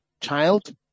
child